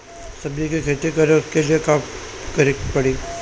सब्जी की खेती करें उसके लिए का करिके पड़ी?